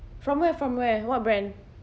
from where from where what brand